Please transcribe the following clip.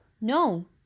No